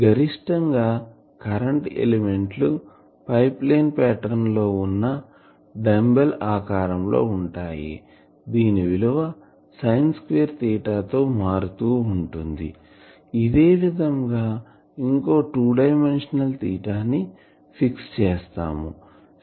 గరిష్టం గా current element లు ప్లేన్ పాటర్న్ లో వున్న డంబెల్ ఆకారం లో ఉంటాయి దీని విలువ సైన్ స్క్వేర్ తీటా తో మారుతూ ఉంటుంది ఇదే విధంగా ఇంకో టూ డైమెన్షన్స్ లో తీటా ని ఫిక్స్ చేస్తాను